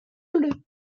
sableux